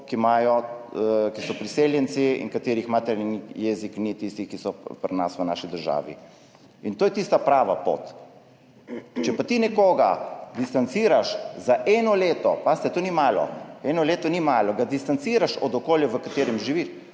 ki so priseljenci in katerih materni jezik ni eden od tistih, ki so pri nas, v naši državi. In to je tista prava pot. Če pa ti nekoga distanciraš za eno leto, pazite, to ni malo, eno leto ni malo, ga distanciraš od okolja, v katerem živiš,